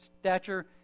stature